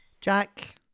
Jack